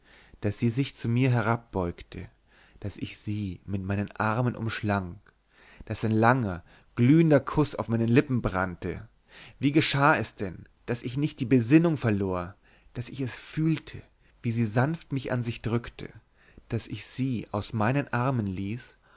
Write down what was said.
daß sie sich zu mir herabbeugte daß ich sie mit meinen armen umschlang daß ein langer glühender kuß auf meinen lippen brannte wie geschah es denn daß ich nicht die besinnung verlor daß ich es fühlte wie sie sanft mich an sich drückte daß ich sie aus meinen armen ließ